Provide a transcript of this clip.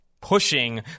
pushing